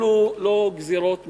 אלו לא גזירות מהשמים.